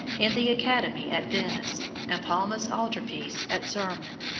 in the academy at venice, and palma's altar-piece at zerman.